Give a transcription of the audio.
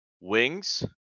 wings